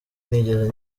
narigeze